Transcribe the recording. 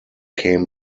came